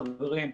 חברים,